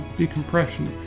decompression